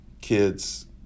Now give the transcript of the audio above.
kids